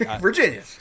Virginia